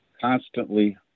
constantly